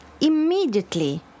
immediately